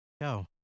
Go